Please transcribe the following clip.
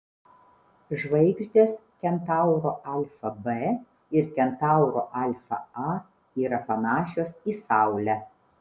žvaigždės kentauro alfa b ir kentauro alfa a yra panašios į saulę